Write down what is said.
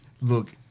Look